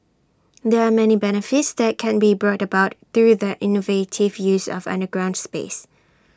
there are many benefits that can be brought about through the innovative use of underground space